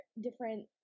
different